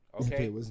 Okay